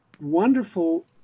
wonderful